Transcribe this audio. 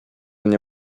nie